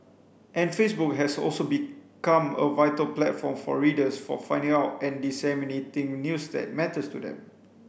and Facebook has also become a vital platform for readers for finding out and disseminating news that matters to them